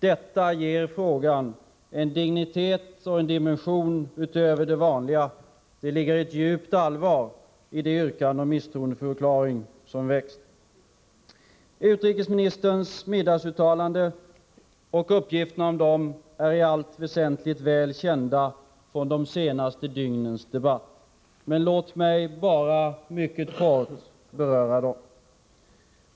Detta ger frågan en dignitet och en dimension utöver det vanliga. Det ligger ett djupt allvar i det yrkande om misstroendeförklaring som har framställts. Utrikesministerns middagsuttalanden och uppgifterna om dem är i allt väsentligt väl kända från de senaste dygnens debatt. Låt mig mycket kort beröra dem.